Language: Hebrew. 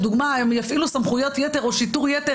לדוגמה יפעילו סמכויות יתר או שיטור יתר